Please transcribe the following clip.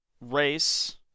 race